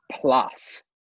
plus